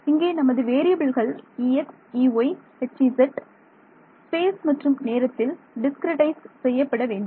இங்கே நமது வேறியபில்கள் Ex EyHz அவை ஸ்பேஸ் மற்றும் நேரத்தில் டிஸ்கிரட்டைஸ் செய்யப்பட வேண்டும்